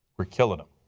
are killing them.